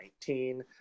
2019